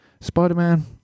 Spider-Man